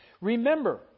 remember